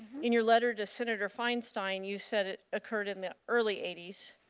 in your letter to senator feinstein, you said it occurred in the early eighty s.